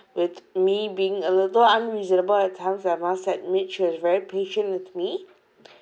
with me being a little unreasonable at times I must said she was very patient with me